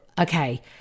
okay